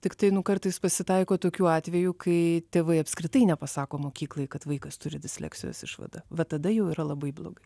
tiktai nu kartais pasitaiko tokių atvejų kai tėvai apskritai nepasako mokyklai kad vaikas turi disleksijos išvadą va tada jau yra labai blogai